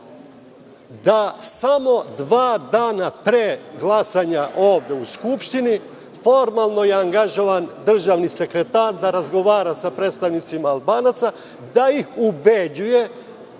Da samo dva dana pre glasanja ovde u Skupštini formalno je angažovan državni sekretar da razgovara sa predstavnicima Albanaca, da ih ubeđuje